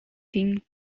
thing